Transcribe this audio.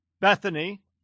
Bethany